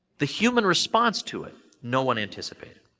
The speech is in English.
the human response to it no one anticipated.